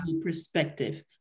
perspective